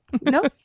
no